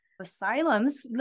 asylums